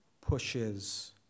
pushes